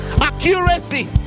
accuracy